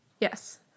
yes